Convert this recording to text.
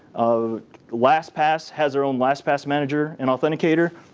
um lastpass has their own lastpass manager and authenticator.